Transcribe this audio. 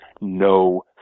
no